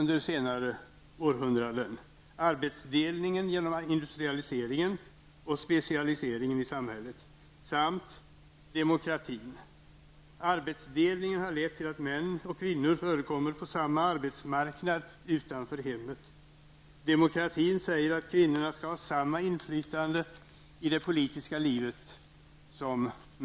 Det är arbetsdelningen genom industrialiseringen och specialiseringen i samhället samt demokratin. Arbetsdelningen har lett till att män och kvinnor förekommer utanför hemmet på samma arbetsmarknad. Demokratin medför att kvinnorna skall ha samma inflytande som männen i det politiska livet.